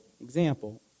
example